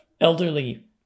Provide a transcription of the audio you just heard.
elderly